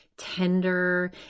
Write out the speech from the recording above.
tender